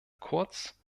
kurz